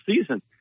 season